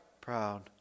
proud